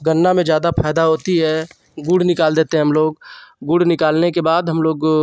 गन्ना में ज़्यादा फायदा होती है गुड़ निकाल देते हैं हम लोग गुड़ निकालने के बाद हम लोग